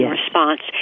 response